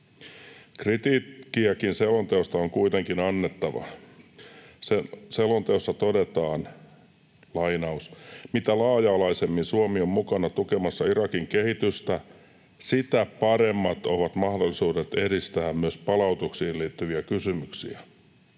Kritiikkiäkin selonteosta on kuitenkin annettava. Selonteossa todetaan: ”Mitä laaja-alaisemmin Suomi on mukana tukemassa Irakin kehitystä, sitä paremmat ovat mahdollisuudet edistää myös palautuksiin liittyviä kysymyksiä.